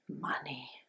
money